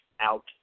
out